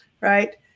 right